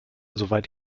soweit